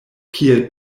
kiel